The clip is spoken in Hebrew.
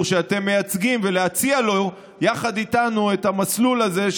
שאתם מייצגים ולהציע לו יחד איתנו את המסלול הזה,